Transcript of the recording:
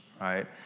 right